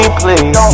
please